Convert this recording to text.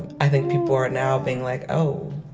and i think people are now being like, oh,